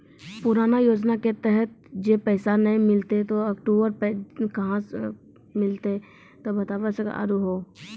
पुराना योजना के तहत जे पैसा नै मिलनी ऊ अक्टूबर पैसा कहां से मिलते बता सके आलू हो?